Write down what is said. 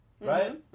right